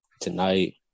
Tonight